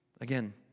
Again